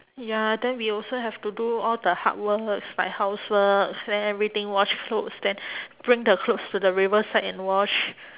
ya then we also have to do all the hard works like housework then everything wash clothes then bring the clothes to the riverside and wash